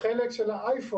החלק של האייפון